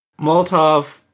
Molotov